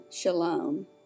Shalom